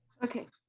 okay.